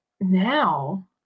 now